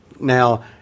Now